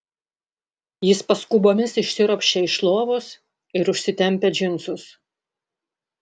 jis paskubomis išsiropščia iš lovos ir užsitempia džinsus